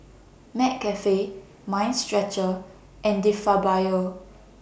McCafe Mind Stretcher and De Fabio